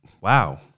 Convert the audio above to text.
wow